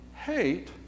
hate